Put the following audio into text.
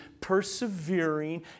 persevering